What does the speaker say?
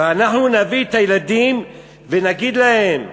"ואנחנו נביא את הילדים ונגיד להם: